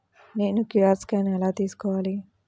నేను QR scan ఎలా తీసుకోవాలి?